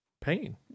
pain